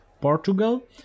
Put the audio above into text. Portugal